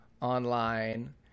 online